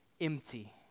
empty